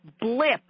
blip